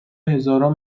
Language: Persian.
هزارم